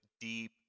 deep